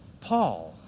Paul